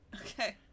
Okay